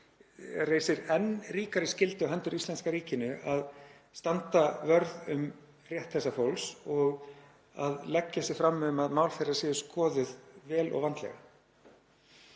reisir enn ríkari skyldur á hendur íslenska ríkinu að standa vörð um rétt þessa fólks og leggja sig fram um að mál þeirra séu skoðuð vel og vandlega.